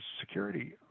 security